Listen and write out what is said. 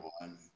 one